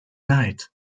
night